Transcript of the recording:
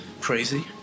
crazy